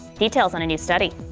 details on a new study.